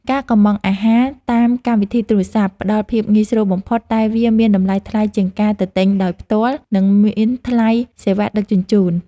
ការកម្ម៉ង់អាហារតាមកម្មវិធីទូរស័ព្ទផ្ដល់ភាពងាយស្រួលបំផុតតែវាមានតម្លៃថ្លៃជាងការទៅទិញដោយផ្ទាល់និងមានថ្លៃសេវាដឹកជញ្ជូន។